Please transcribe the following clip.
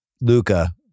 Luca